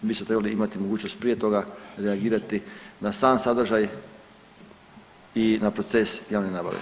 Mi smo trebali imati mogućnost prije toga reagirati na sam sadržaj i na proces javne nabave.